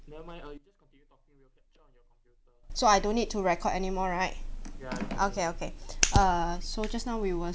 so I don't need to record anymore right okay okay uh so just now we were